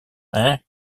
hein